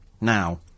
now